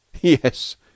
Yes